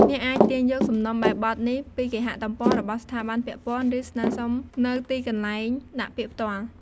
អ្នកអាចទាញយកសំណុំបែបបទនេះពីគេហទំព័ររបស់ស្ថាប័នពាក់ព័ន្ធ ឬស្នើសុំនៅទីកន្លែងដាក់ពាក្យផ្ទាល់។